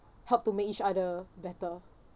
help to make each other better